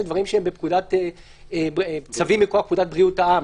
דברים שהם צווים מכוח פקודת בריאות העם,